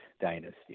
dynasty